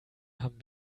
haben